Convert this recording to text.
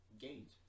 gate